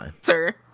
sir